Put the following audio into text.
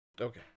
okay